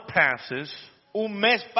passes